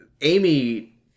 Amy